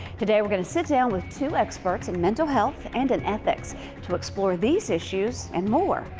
today we're going to sit down with two experts in mental health and in ethics to explore these issues and more,